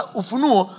ufunuo